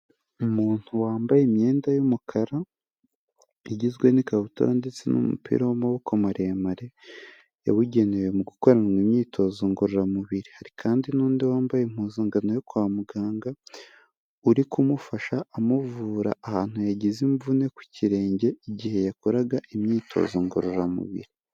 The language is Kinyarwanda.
Umuntu wambaye imyenda y'umukara, igizwe n'ikabutura ndetse n'umupira w'amaboko maremare yabugenewe mu guko imyitozo ngororamubiri, hari kandi n'undi wambaye impuzankano yo kwa muganga, uri kumufasha amuvura ahantu yagize imvune ku kirenge, igihe yakoraga imyitozo ngororamubiri.